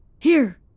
Here